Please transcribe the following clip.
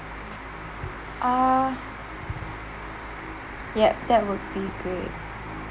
uh yup that would be great